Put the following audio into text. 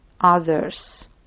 others